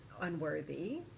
unworthy